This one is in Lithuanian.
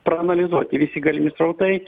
praanalizuoti visi galimi srautai